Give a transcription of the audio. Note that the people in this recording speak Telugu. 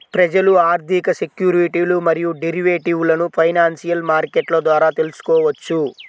ప్రజలు ఆర్థిక సెక్యూరిటీలు మరియు డెరివేటివ్లను ఫైనాన్షియల్ మార్కెట్ల ద్వారా తెల్సుకోవచ్చు